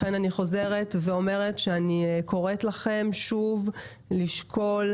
לכן אני חוזרת ואומרת שאני קוראת לכם שוב לשקול,